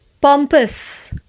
pompous